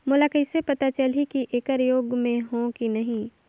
मोला कइसे पता चलही की येकर योग्य मैं हों की नहीं?